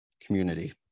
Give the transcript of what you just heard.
community